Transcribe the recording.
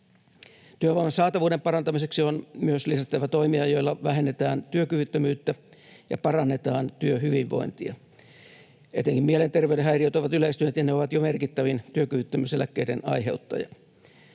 Työvoiman saatavuuden parantamiseksi on myös lisättävä toimia, joilla vähennetään työkyvyttömyyttä ja parannetaan työhyvinvointia. Etenkin mielenterveyden häiriöt ovat yleistyneet, ja ne ovat jo merkittävin työkyvyttömyyseläkkeiden aiheuttaja.